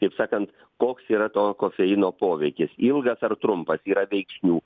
kaip sakant koks yra to kofeino poveikis ilgas ar trumpas yra veiksnių